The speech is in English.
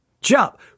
Jump